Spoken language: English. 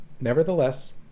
nevertheless